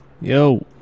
Yo